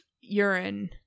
urine